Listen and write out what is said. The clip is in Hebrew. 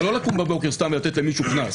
זה לא שהוא יכול לקום בבוקר ולתת למישהו קנס סתם ככה.